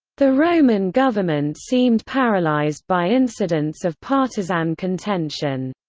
the roman government seemed paralyzed by incidents of partisan contention.